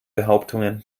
behauptungen